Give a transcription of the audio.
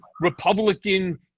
Republican